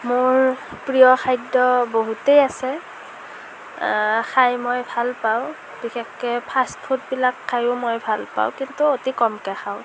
মোৰ প্ৰিয় খাদ্য বহুতেই আছে খাই মই ভাল পাওঁ বিশেষকৈ ফাষ্ট ফুডবিলাক খাইও মই ভাল পাওঁ কিন্তু অতি কমকৈ খাওঁ